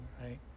right